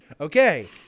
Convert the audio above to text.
Okay